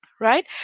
right